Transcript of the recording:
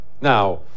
Now